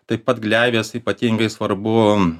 taip pat gleivės ypatingai svarbu